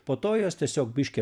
po to jos tiesiog biškį